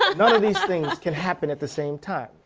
ah none of these can happen at the same time.